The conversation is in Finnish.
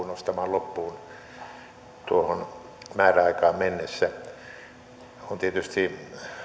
nostamaan loppuun tuohon määräaikaan mennessä on tietysti